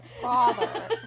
father